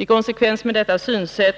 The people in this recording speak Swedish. I konsekvens med detta synsätt